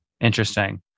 Interesting